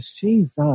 Jesus